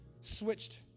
switched